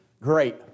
Great